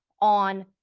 on